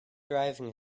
driving